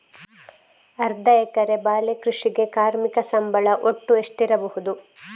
ಅರ್ಧ ಎಕರೆಯ ಬಾಳೆ ಕೃಷಿಗೆ ಕಾರ್ಮಿಕ ಸಂಬಳ ಒಟ್ಟು ಎಷ್ಟಿರಬಹುದು?